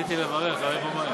רציתי לברך, אבל אין פה מים.